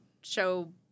show